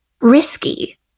risky